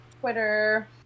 Twitter